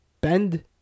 Bend